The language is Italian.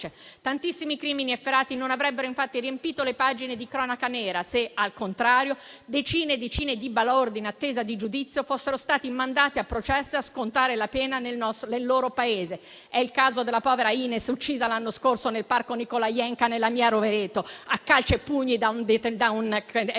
Tantissimi crimini efferati non avrebbero infatti riempito le pagine di cronaca nera, se, al contrario, decine e decine di balordi in attesa di giudizio fossero stati mandati a processo e a scontare la pena nel loro Paese. È il caso della povera Iris, uccisa l'anno scorso nel parco Nikolajevka nella mia Rovereto, a calci e pugni da un